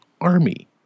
Army